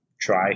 try